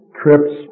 trips